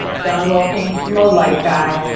john wilking, the light guy.